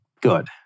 good